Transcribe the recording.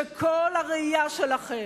שכל הראייה שלכם,